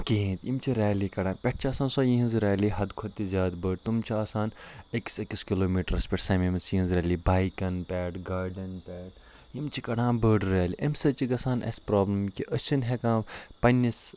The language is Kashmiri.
کِہیٖن یِم چھِ ریلی کَڈان پیٚٹھ چھِ آسان سۄ یِہِنٛز ریلی حَد کھۄتہٕ تہِ زیاد بٔڈ تِم چھِ آسان أکِس أکِس کِلو میٖٹرَس پیٚٹھ سَمیمٕژ یِہِنٛز ریلی بایکَن پیٚٹھ گاڈیٚن پیٚٹھ یِم چھِ کَڈان بٕڈ ریلی امہِ سۭتۍ چھِ گَژھان اَسہٕ پروبلَم کہ أسۍ چھِنہٕ ہیٚکان پَننِس